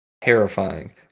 terrifying